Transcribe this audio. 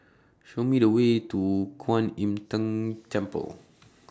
Show Me The Way to Kwan Im Tng Temple